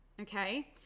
okay